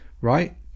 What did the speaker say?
right